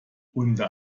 unter